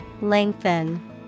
Lengthen